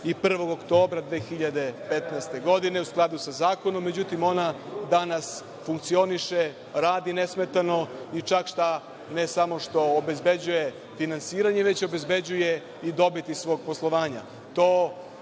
31. oktobra 2015. godine u skladu sa zakonom, međutim ona danas funkcioniše radi nesmetano i ne samo što obezbeđuje finansiranje, već obezbeđuje i dobit iz svog poslovanja. To